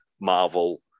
Marvel